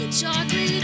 chocolate